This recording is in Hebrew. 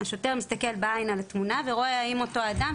אז השוטר מסתכל בעין על התמונה ורואה האם אותו אדם